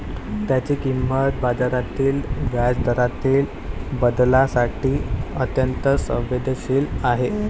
त्याची किंमत बाजारातील व्याजदरातील बदलांसाठी अत्यंत संवेदनशील आहे